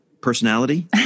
personality